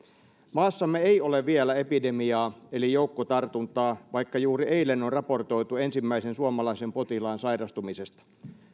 maassamme ei ole vielä epidemiaa eli joukkotartuntaa vaikka juuri eilen on raportoitu ensimmäisen suomalaisen potilaan sairastumisesta